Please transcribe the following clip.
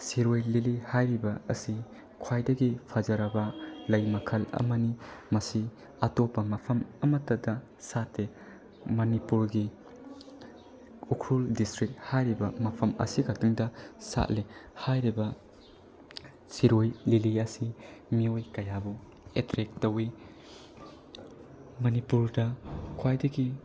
ꯁꯤꯔꯣꯏ lily ꯍꯥꯏꯔꯤꯕ ꯑꯁꯤ ꯈ꯭ꯋꯥꯏꯗꯒꯤ ꯐꯖꯔꯕ ꯂꯩ ꯃꯈꯜ ꯑꯃꯅꯤ ꯃꯁꯤ ꯑꯇꯣꯞꯄ ꯃꯐꯝ ꯑꯃꯠꯇꯗ ꯁꯥꯠꯇꯦ ꯃꯅꯤꯄꯨꯔꯒꯤ ꯎꯈ꯭ꯔꯨꯜ ꯗꯤꯁꯇ꯭ꯔꯤꯛ ꯍꯥꯏꯔꯤꯕ ꯃꯐꯝ ꯑꯁꯤꯈꯛꯇꯪꯗ ꯁꯥꯠꯂꯤ ꯍꯥꯏꯔꯤꯕ ꯁꯤꯔꯣꯏ ꯂꯤꯂꯤ ꯑꯁꯤ ꯃꯤꯑꯣꯏ ꯀꯌꯥꯕꯨ ꯑꯦꯇ꯭ꯔꯦꯛ ꯇꯧꯏ ꯃꯅꯤꯄꯨꯔꯗ ꯈ꯭ꯋꯥꯏꯗꯒꯤ